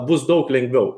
bus daug lengviau